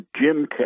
Jim